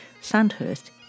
Sandhurst